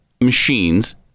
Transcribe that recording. machines